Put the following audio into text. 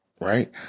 right